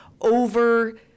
over